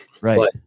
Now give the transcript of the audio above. Right